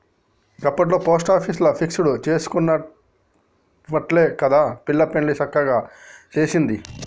గప్పట్ల పోస్టాపీసుల ఫిక్స్ జేసుకునవట్టే గదా పిల్ల పెండ్లి సక్కగ జేసిన